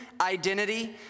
identity